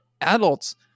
adults